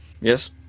Yes